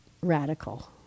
radical